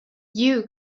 you